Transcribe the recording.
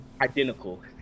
identical